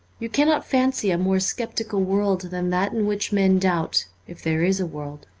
you cannot fancy a more sceptical world than that in which men doubt if there is a world.